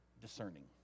discerning